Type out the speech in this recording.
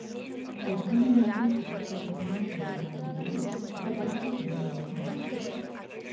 ಪ್ರಧಾನ ಮಂತ್ರಿ ಸುರಕ್ಷಾ ಭೀಮ ಯೋಜ್ನ ಎಂಬುವುದು ಅಪಘಾತ ವಿಮೆ ಯೋಜ್ನಯಾಗಿದೆ